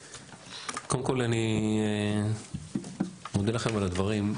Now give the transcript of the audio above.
קודם כול, אני מודה לכם על הדברים.